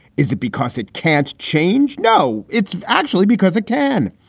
is it because it can't change? no, it's actually because it can.